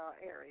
area